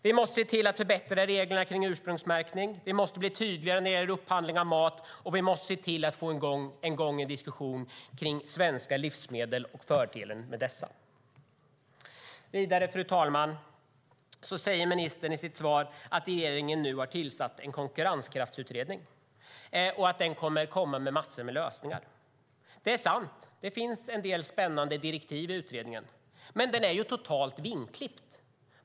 Vi måste se till att förbättra reglerna kring ursprungsmärkning, vi måste bli tydligare när det gäller upphandling av mat och vi måste se till att få i gång en diskussion kring svenska livsmedel och fördelen med dessa. Vidare, fru talman, säger ministern i sitt svar att regeringen nu har tillsatt en konkurrenskraftsutredning och att den kommer att komma med massor av lösningar. Det är sant - det finns en del spännande direktiv till utredningen. Men den är ju totalt vingklippt.